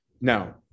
Now